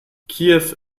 kiew